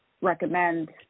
recommend